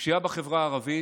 הפשיעה בחברה הערבית,